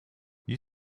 you